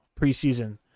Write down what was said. preseason